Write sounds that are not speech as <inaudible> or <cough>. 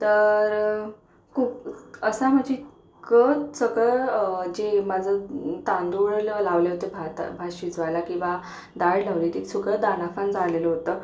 तर कुक असा म्हणजे क सगळं जे माझं तांदूळ लावले होते भात भात शिजवायला किंवा डाळ लावली होती सगळं <unintelligible> झालेलं होतं